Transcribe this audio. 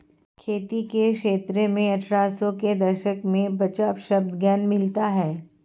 खेती के क्षेत्र में अट्ठारह सौ के दशक में बचाव शब्द गौण मिलता है